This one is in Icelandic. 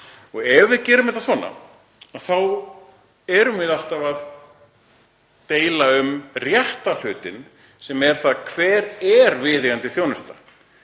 Og ef við gerum þetta svona þá erum við alltaf að deila um rétta hlutinn sem er: Hver er viðeigandi þjónusta?